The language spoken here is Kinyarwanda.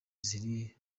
ziri